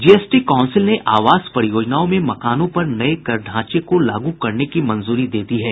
GST council ने आवास परियोजनाओं में मकानों पर नये कर ढांचे को लागू करने की मंजूरी दे दी है